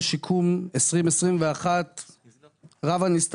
ועם גל די בתמיכה של עידן ובעידוד של עידן ולנסות